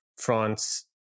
France